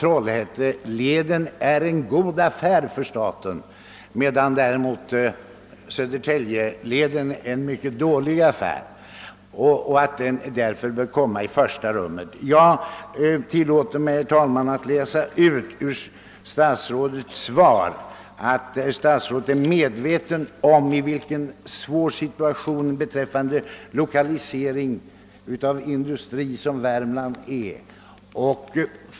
Trollhätteleden är också en god affär för staten, medan Södertäljeleden är en betydligt sämre affär. Därför bör Trollhätteleden komma i första rummet. Jag tillåter mig att ur svaret läsa ut att statsrådet är medveten om i vilken svår situation Värmland är när det gäller lokalisering av industriföretag.